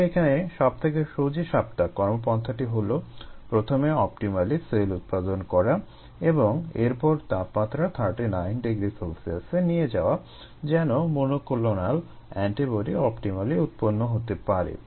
তাহলে এখানে সবথেকে সোজাসাপ্টা কর্মপন্থাটি হলো প্রথমে অপটিমালি সেল উৎপাদন করা এবং এরপর তাপমাত্রা 39 ºC এ নিয়ে যাওয়া যেন মনোক্লোনাল এন্টিবডি অপটিমালি উৎপন্ন হতে পারে